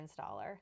installer